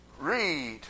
read